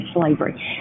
slavery